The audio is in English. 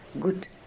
good